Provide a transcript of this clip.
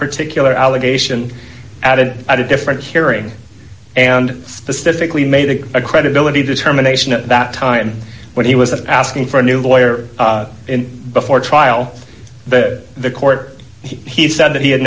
particular allegation added at a different hearing and specifically made it a credibility determination at that time when he was asking for a new lawyer in before trial that the court he said that he had